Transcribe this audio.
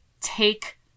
take